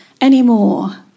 anymore